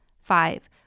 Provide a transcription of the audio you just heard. Five